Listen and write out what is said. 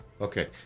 okay